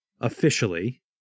officially